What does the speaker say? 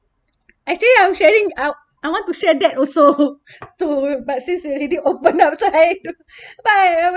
actually I'm sharing out I want to share that also to but since already open up so I but I